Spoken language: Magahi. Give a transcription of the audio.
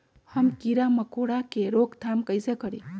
हम किरा मकोरा के रोक थाम कईसे करी?